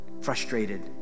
frustrated